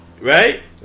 Right